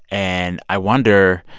and i wonder,